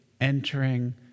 entering